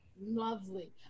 lovely